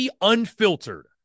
Unfiltered